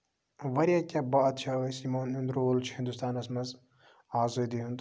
واریاہ کینٛہہ بادشاہ ٲسۍ یِمن ہُند رول چھُ ہِندوتانَس منٛز آزٲدی ہُند